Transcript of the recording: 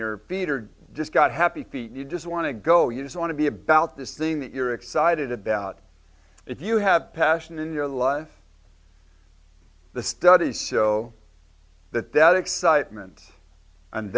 your feet are just got happy feet you just want to go you just want to be about this thing that you're excited about if you have passion in your life the studies show that that excitement and